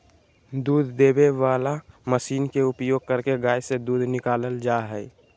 दूध देबे वला मशीन के उपयोग करके गाय से दूध निकालल जा हइ